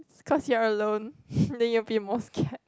cause you're alone then you will be more scared